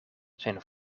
zijn